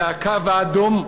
זה הקו האדום,